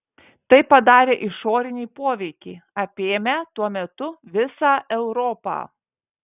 tai padarė išoriniai poveikiai apėmę tuo metu visą europą